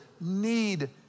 need